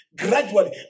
gradually